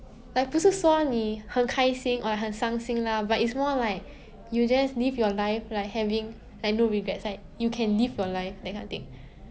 like 不是说你很开心 or like 很伤心 lah but it's more like you just live your life like having like no regrets like you can live your life that kind of thing